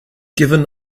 given